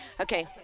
Okay